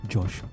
Josh